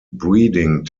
breeding